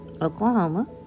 Oklahoma